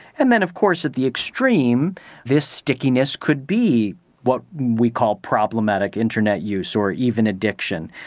and then of course at the extreme this stickiness could be what we called problematic internet use or even addiction.